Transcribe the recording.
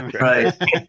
Right